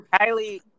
Kylie